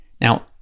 Now